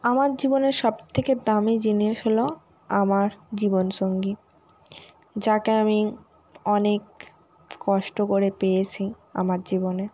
আমার জীবনে সব থেকে দামি জিনিস হলো আমার জীবনসঙ্গী যাকে আমি অনেক কষ্ট করে পেয়েছি আমার জীবনে